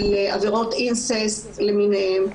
של עבירות Incest למינהן,